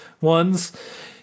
ones